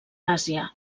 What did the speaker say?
àsia